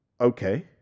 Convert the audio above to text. Okay